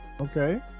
Okay